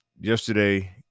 Yesterday